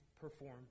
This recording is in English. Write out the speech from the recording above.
perform